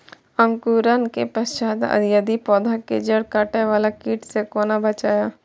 अंकुरण के पश्चात यदि पोधा के जैड़ काटे बाला कीट से कोना बचाया?